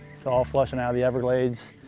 it's all flushing out of the everglades.